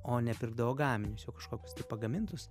o nepirkdavo gaminius jau kažkokius tai pagamintus